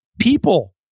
people